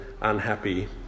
unhappy